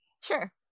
Sure